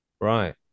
Right